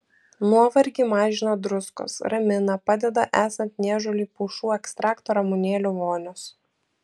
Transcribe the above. nuovargį mažina druskos ramina padeda esant niežuliui pušų ekstrakto ramunėlių vonios